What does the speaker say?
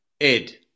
Ed